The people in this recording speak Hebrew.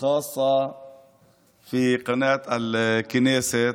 ( במיוחד בערוץ הכנסת.